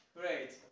Great